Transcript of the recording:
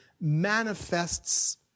manifests